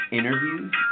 interviews